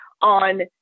on